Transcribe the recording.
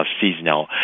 seasonal